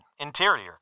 interior